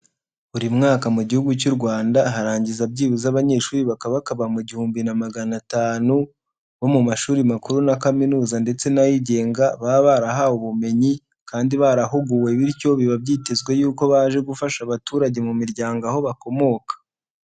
Buri mwaka mu gihugu cy'u rwanda harangiza byibuze abanyeshuri bakaba bakaba mu igihumbi na magana atanu bo mu mashuri makuru na kaminuza, ndetse n'ayigenga baba barahawe ubumenyi kandi barahuguwe bityo biba byitezwe yuko baje gufasha abaturage mu miryango aho bakomoka.